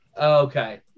okay